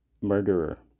murderer